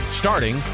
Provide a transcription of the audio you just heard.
starting